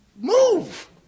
Move